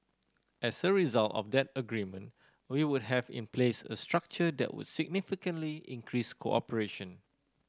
as a result of that agreement we would have in place a structure that would significantly increase cooperation